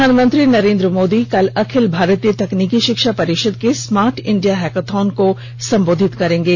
प्रधानमंत्री नरेन्द्र मोदी कल अखिल भारतीय तकनीकी शिक्षा परिषद के स्मार्ट इंडिया हैकाथन को सम्बोधित करेंगे